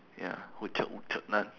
ya woodchuck would chuck none